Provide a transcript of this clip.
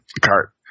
cart